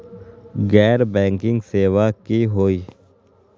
गैर बैंकिंग सेवा की होई?